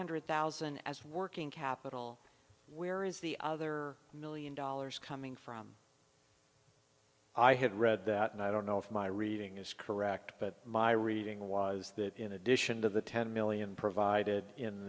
hundred thousand as working capital where is the other million dollars coming from i had read that and i don't know if my reading is correct but my reading was that in addition to the ten million provided in